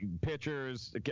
Pitchers